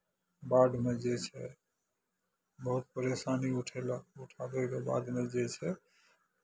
बाढ़िमे जे छै बहुत परेशनी उठयलक उठबैके बादमे जे छै से